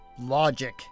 logic